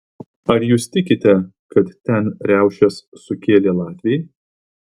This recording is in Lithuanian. ar jūs tikite kad ten riaušes sukėlė latviai